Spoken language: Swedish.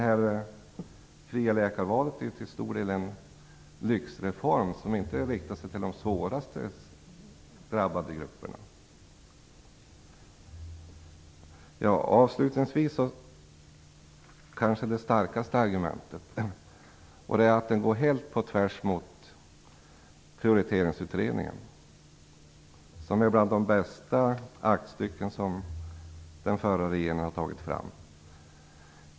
Det fria läkarvalet är ju till stor del en lyxreform som inte riktar sig till de hårdast drabbade grupperna. Avslutningsvis är det kanske starkaste argumentet att den går helt på tvärs mot Prioriteringsutredningen som är bland de bästa aktstycken som den förra regeringen har tagit fram.